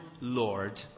Lord